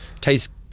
tastes